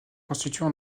constituée